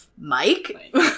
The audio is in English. mike